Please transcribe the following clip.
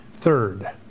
third